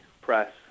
press